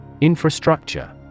Infrastructure